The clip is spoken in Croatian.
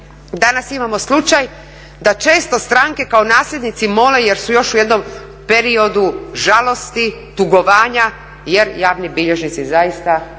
Danas imamo slučaj da često stranke kao nasljednici mole jer su u još jednom periodu žalosti, tugovanja jer javni bilježnici zaista rade